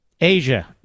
Asia